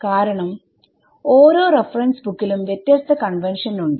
കാരണം ഓരോ റഫറൻസ് ബുക്കിലും വ്യത്യസ്ത കൺവെൻഷൻ ഉണ്ട്